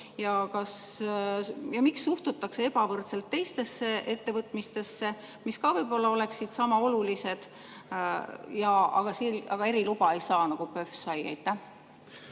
Miks suhtutakse ebavõrdselt teistesse ettevõtmistesse, mis võib-olla oleksid sama olulised, aga need eriluba ei saa, nagu PÖFF sai? Aitäh!